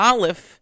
Aleph